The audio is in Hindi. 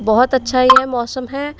बहुत अच्छा यह मौसम है